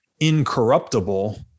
incorruptible